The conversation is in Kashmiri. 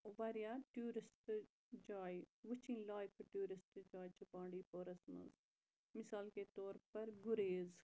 واریاہ ٹورسٹہٕ جایہِ وٕچھِنۍ لایق ٹورسٹہٕ جایہِ چھِ بانڈی پورَس مَنٛز مِثال کے طور پَر گُریز